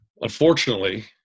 Unfortunately